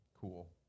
Cool